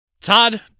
Todd